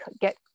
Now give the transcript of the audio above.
get